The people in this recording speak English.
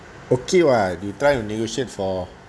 okay what you try to negotiate for